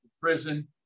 prison